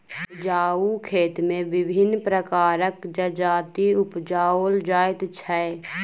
उपजाउ खेत मे विभिन्न प्रकारक जजाति उपजाओल जाइत छै